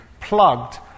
plugged